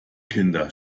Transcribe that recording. kinder